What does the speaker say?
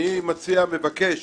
אני מציע ומבקש